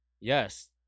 Yes